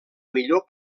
millor